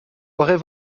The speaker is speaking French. auraient